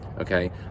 Okay